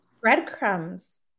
breadcrumbs